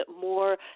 more –